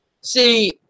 See